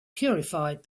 purified